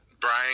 Brian